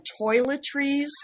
toiletries